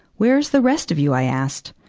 where is the rest of you? i asked.